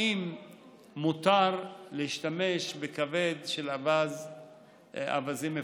האם מותר להשתמש בכבד של אווזים מפוטמים?